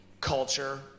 culture